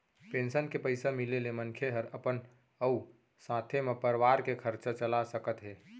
pension के पइसा मिले ले मनखे हर अपन अउ साथे म परवार के खरचा चला सकत हे